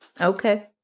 Okay